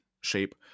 shape